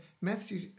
Matthew